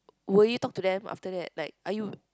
will you talk to them after that like are you